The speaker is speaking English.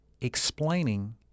explaining